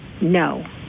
No